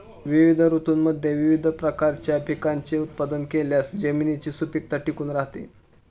विविध ऋतूंमध्ये विविध प्रकारच्या पिकांचे उत्पादन केल्यास जमिनीची सुपीकता टिकून राहते